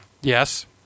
Yes